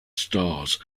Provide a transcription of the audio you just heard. stars